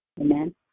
Amen